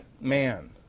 man